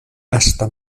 hasta